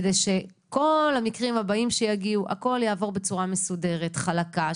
כדי שכל המקרים הבאים שיגיעו הכול יעבור בצורה מסודרת וחלקה,